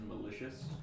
malicious